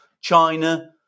China